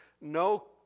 no